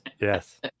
Yes